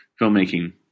filmmaking